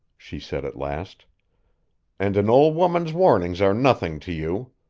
she said at last and an old woman's warnings are nothing to you.